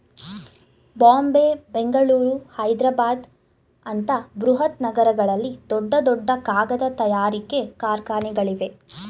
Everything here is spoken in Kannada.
ಬಾಂಬೆ, ಬೆಂಗಳೂರು, ಹೈದ್ರಾಬಾದ್ ಅಂತ ಬೃಹತ್ ನಗರಗಳಲ್ಲಿ ದೊಡ್ಡ ದೊಡ್ಡ ಕಾಗದ ತಯಾರಿಕೆ ಕಾರ್ಖಾನೆಗಳಿವೆ